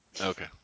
Okay